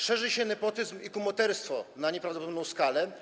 Szerzy się nepotyzm i kumoterstwo na nieprawdopodobną skalę.